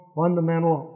fundamental